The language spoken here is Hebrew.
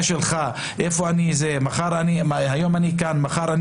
שלך היא איפה אתה תהיה היום ואיפה מחר,